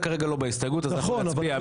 זה כרגע לא בהסתייגות, אז אנחנו נצביע.